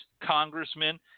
congressmen